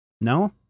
No